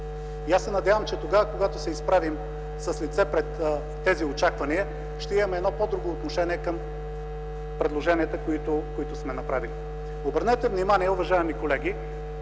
Аз се надявам, че когато се изправим с лице пред тези очаквания, ще имаме едно по друго отношение към предложенията, които сме направили. Обърнете внимание, уважаеми колеги,